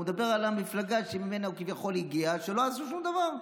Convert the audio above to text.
הוא מדבר על המפלגה שממנה הוא כביכול הגיע שלא עשו שום דבר.